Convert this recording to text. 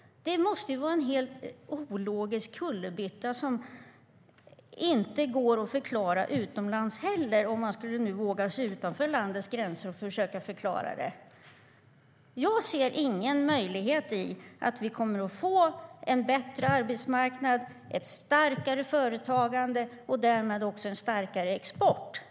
Det måste ju vara en helt ologisk kullerbytta som inte heller går att förklara utomlands, om nu någon skulle våga sig utanför landets gränser och försöka att göra det. Jag ser inte någon möjlighet för att vi kommer att få en bättre arbetsmarknad, ett starkare företagande och därmed också en starkare export.